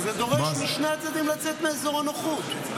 וזה דורש משני הצדדים לצאת מאזור הנוחות.